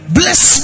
bless